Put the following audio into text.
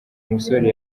musore